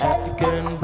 African